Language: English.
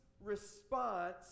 response